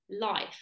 life